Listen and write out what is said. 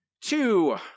two